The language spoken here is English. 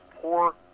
poor